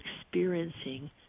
experiencing